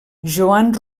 joan